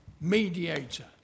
mediator